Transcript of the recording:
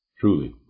Truly